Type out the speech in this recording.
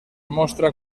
mostra